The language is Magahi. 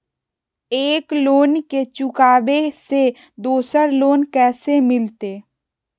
एक लोन के चुकाबे ले दोसर लोन कैसे मिलते?